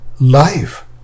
life